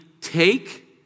Take